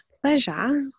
Pleasure